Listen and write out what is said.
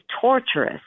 torturous